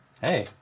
Hey